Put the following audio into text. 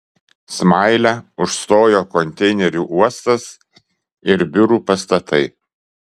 smailę užstojo konteinerių uostas ir biurų pastatai